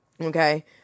Okay